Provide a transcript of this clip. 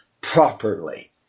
properly